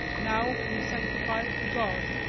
now we sanctify it to god.